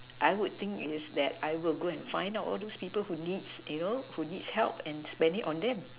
I would think it's that I will go and find out all those people need you know who needs help and spend it on them